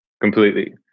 Completely